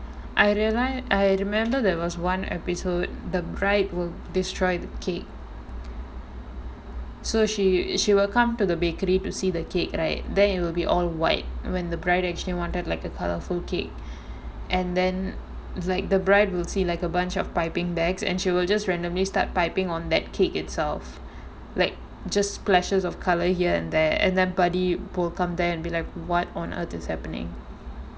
I reali~ I remember there was one episode the bride will destroy the cake so sh~ she will come to the bakery to see the cake right then it will be all white when the bride actually wanted like a colourful cake and then like the bride will see like a bunch of piping bags and she will just randomly start piping on that cake itself like just splashes of colour here and there and everybody will come there and be like what on earth is happening